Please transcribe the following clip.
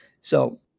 So-